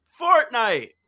Fortnite